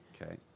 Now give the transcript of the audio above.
Okay